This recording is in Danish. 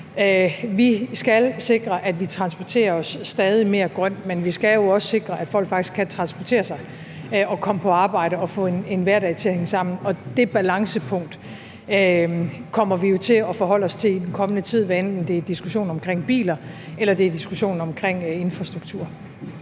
Vi skal sikre, at vi transporterer os stadig mere grønt, men vi skal jo også sikre, at folk faktisk kan transportere sig og komme på arbejde og få en hverdag til at hænge sammen, og det balancepunkt kommer vi jo til at forholde os til i den kommende tid, hvad enten det er en diskussion omkring biler, eller det er en diskussion omkring infrastruktur.